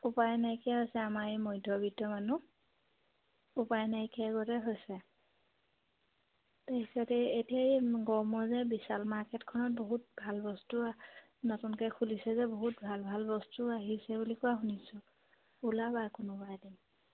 উপায় নাইকিয়া হৈছে আমাৰ এই মধ্যবিত্ত মানুহ উপায় নাইকিয়া গতে হৈছে তাৰপিছতে এতিয়া এই গড়মূৰৰ যে বিশাল মাৰ্কেটখনত বহুত ভাল বস্তু নতুনকৈ খুলিছে যে বহুত ভাল ভাল বস্তু আহিছে বুলি কোৱা শুনিছোঁ ওলাবা কোনোবা এদিন